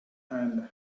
and